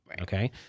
Okay